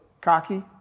cocky